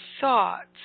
thoughts